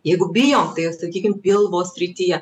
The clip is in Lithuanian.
jeigu bijot tai jau sakykim pilvo srityje